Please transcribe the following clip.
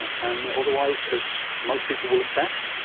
and otherwise, as most people will attest,